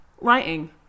writing